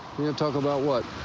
talk about what?